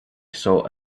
saw